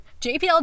JPL